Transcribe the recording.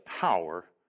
power